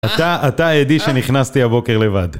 אתה, אתה עדי שנכנסתי הבוקר לבד.